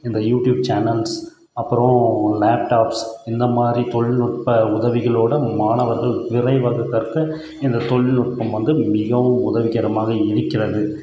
இந்த YouTube channels அப்பறம் laptops இந்த மாதிரி தொழில்நுட்ப உதவிகளோட மாணவர்கள் விரைவாக கற்க இந்த தொழில்நுட்பம் வந்து மிகவும் உதவிகரமாக இருக்கிறது